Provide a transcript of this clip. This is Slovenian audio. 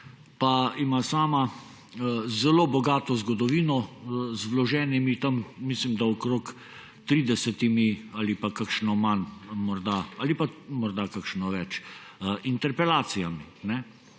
pa ima sama zelo bogato zgodovino z vloženimi – mislim, da z okrog 30, morda s kakšno manj ali pa kakšno več – interpelacijami.